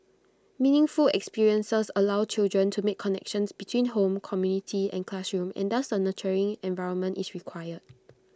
meaningful experiences allow children to make connections between home community and classroom and thus A nurturing environment is required